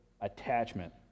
attachment